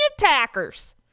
attackers